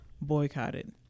boycotted